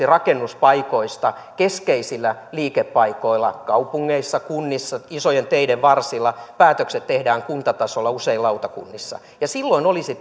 rakennuspaikoista keskeisillä liikepaikoilla kaupungeissa kunnissa isojen teiden varsilla päätökset tehdään kuntatasolla usein lautakunnissa että olisi